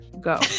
Go